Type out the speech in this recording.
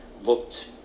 looked